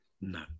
No